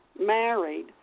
married